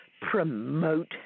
promote